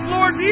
Lord